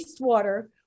wastewater